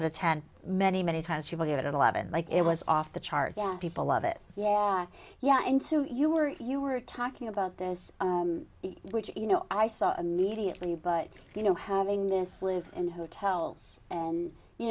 of ten many many times people get it at eleven like it was off the charts people love it yeah i yeah and so you were you were talking about this which you know i saw immediately but you know having this live in hotels and you